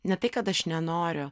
ne tai kad aš nenoriu